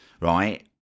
right